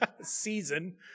season